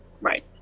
Right